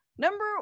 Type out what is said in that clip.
Number